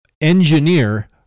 engineer